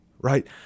Right